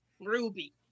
Ruby